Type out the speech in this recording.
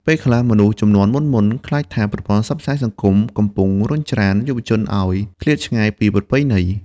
ពេលខ្លះមនុស្សជំនាន់មុនៗ ខ្លាចថាប្រព័ន្ធផ្សព្វផ្សាយសង្គមកំពុងរុញច្រានយុវជនឱ្យឃ្លាតឆ្ងាយពីប្រពៃណី។